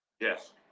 Yes